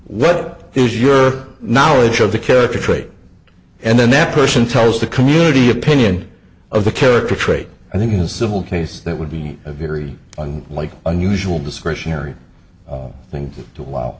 what is your knowledge of the character trait and then that person tells the community opinion of the character trait i think in a civil case that would be a very i'm like unusual discretionary thing to do while